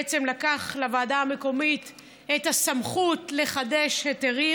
בעצם לקח לוועדה המקומית את הסמכות לחדש היתרים,